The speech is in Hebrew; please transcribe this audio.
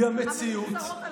היא המציאות.